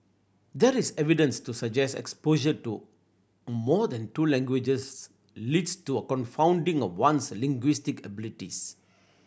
there is no evidence to suggest exposure to more than two languages leads to a confounding of one's linguistic abilities